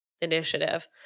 initiative